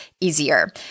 easier